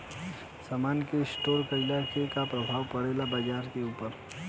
समान के स्टोर काइला से का प्रभाव परे ला बाजार के ऊपर?